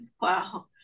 Wow